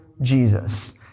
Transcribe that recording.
Jesus